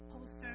poster